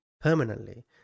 permanently